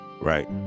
right